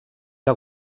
que